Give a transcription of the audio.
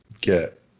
get